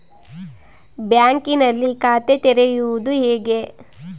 ಬ್ಯಾಂಕಿನಲ್ಲಿ ಖಾತೆ ತೆರೆಯುವುದು ಹೇಗೆ?